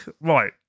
Right